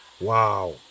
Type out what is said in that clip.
Wow